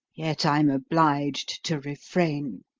yet i'm obliged to refrain,